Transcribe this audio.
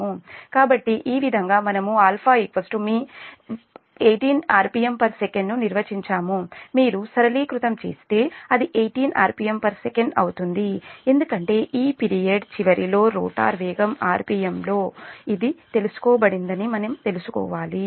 కాబట్టి ఈ విధంగా మనము α మీ 18 rpmsec ను నిర్వచించాము మీరు సరళీకృతం చేస్తే అది 18 rpmsec అవుతుంది ఎందుకంటే ఈ పిరియడ్ చివరిలో రోటర్ వేగం ఆర్పిఎమ్లో ఇది తెలుసుకోబడిందని మనం తెలుసుకోవాలి